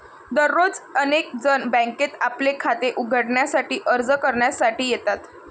दररोज अनेक जण बँकेत आपले खाते उघडण्यासाठी अर्ज करण्यासाठी येतात